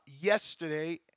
yesterday